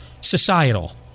societal